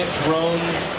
drones